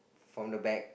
from the back